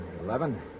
Eleven